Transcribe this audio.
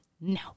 No